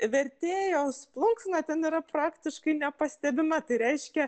vertėjos plunksna ten yra praktiškai nepastebima tai reiškia